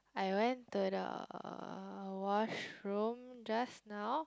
I went to the washroom just now